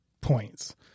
points